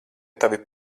tavi